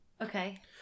Okay